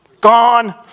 Gone